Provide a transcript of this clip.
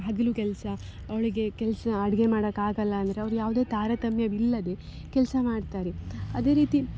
ಹಗಲು ಕೆಲಸ ಅವಳಿಗೆ ಕೆಲಸ ಅಡಿಗೆ ಮಾಡೋಕಾಗಲ್ಲ ಅಂದರೆ ಅವ್ರು ಯಾವುದೇ ತಾರತಮ್ಯವಿಲ್ಲದೆ ಕೆಲಸ ಮಾಡ್ತಾರೆ ಅದೇ ರೀತಿ